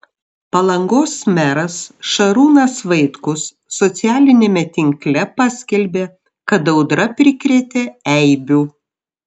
palangos meras šarūnas vaitkus socialiniame tinkle paskelbė kad audra prikrėtė eibių